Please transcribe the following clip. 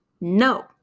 No